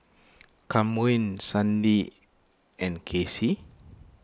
Kamren Sandie and Casey